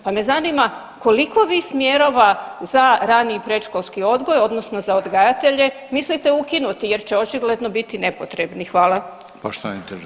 Pa me zanima koliko vi smjerova za rani i predškolski odgoj odnosno za odgajatelje mislite ukinuti jer će očigledno biti nepotrebni.